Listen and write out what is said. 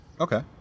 Okay